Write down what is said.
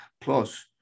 Plus